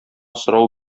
сорау